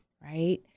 Right